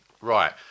Right